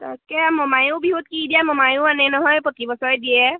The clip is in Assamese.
তাকে মমায়ো বিহুত কি দিয়ে মমায়ো আনে নহয় প্ৰতি বছৰে দিয়ে